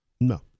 No